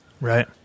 Right